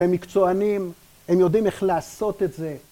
‫הם מקצוענים, ‫הם יודעים איך לעשות את זה.